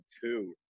two